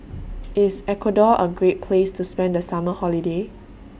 IS Ecuador A Great Place to spend The Summer Holiday